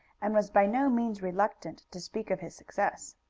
and was by no means reluctant to speak of his success.